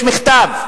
יש מכתב,